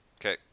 Okay